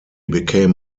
became